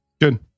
Good